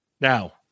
Now